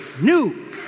new